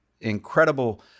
incredible